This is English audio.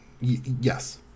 yes